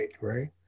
Right